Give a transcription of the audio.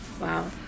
Wow